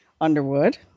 Underwood